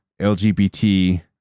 LGBT